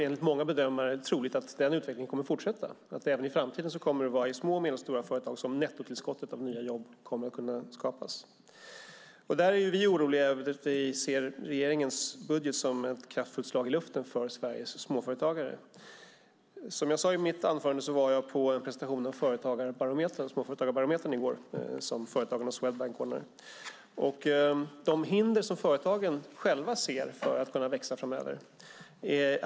Enligt många bedömare är det troligt att denna utveckling kommer att fortsätta och att det även i framtiden kommer att vara i små och medelstora företag som nettotillskottet av nya jobb kommer att kunna skapas. Vi är oroliga eftersom vi ser regeringens budget som ett kraftfullt slag i luften för Sveriges småföretagare. Som jag sade i mitt anförande var jag på en presentation av Småföretagarbarometern i går som Företagarna och Swedbank håller. Företagen själva ser vissa hinder för att kunna växa framöver.